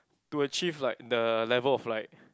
to achieve like the level of like